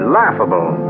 laughable